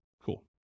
Cool